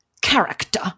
character